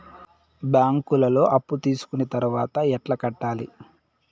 బ్యాంకులో అప్పు తీసుకొని తర్వాత ఎట్లా కట్టాలి?